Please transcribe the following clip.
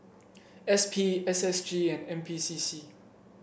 S P S S G and N P C C